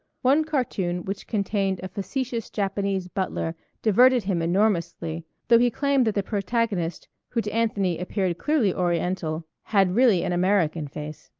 one cartoon which contained a facetious japanese butler diverted him enormously, though he claimed that the protagonist, who to anthony appeared clearly oriental, had really an american face.